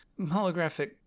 Holographic